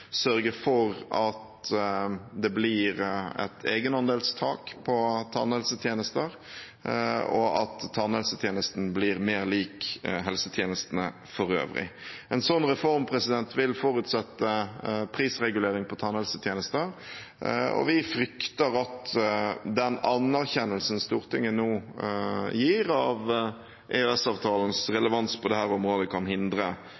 sørge for at det blir et egenandelstak på tannhelsetjenester, og at tannhelsetjenesten blir mer lik helsetjenesten for øvrig. En sånn reform vil forutsette prisregulering av tannhelsetjenester, og vi frykter at den anerkjennelsen som Stortinget nå gir av EØS-avtalens relevans på dette området, kan hindre